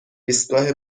ایستگاه